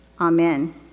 amen